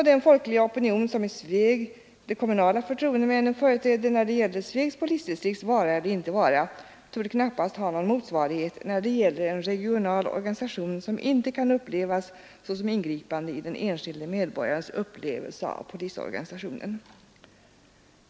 Den folkliga opinion som de kommunala förtroendemännen i Sveg företrädde när det gällde Svegs polisdistrikts vara eller icke vara borde knappast ha någon motsvarighet beträffande en regional organisation, som inte kan uppfattas såsom ett ingripande i den enskilde medborgarens upplevelse av polisorganisationen.